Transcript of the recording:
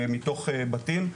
מתוך בתים.